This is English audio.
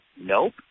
Nope